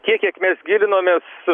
tiek kiek mes gilinomės